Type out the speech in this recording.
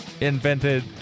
invented